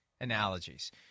analogies